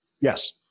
Yes